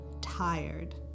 tired